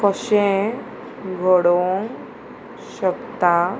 कशें घडोवंक शकता